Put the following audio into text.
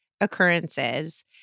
occurrences